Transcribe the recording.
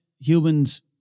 human's